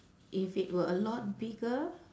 if it were a lot bigger